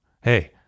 Hey